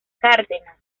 cárdenas